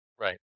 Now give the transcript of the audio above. Right